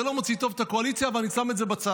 זה לא מוציא טוב את הקואליציה, ואני שם את זה בצד.